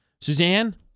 Suzanne